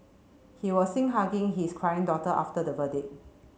he was seen hugging his crying daughter after the verdict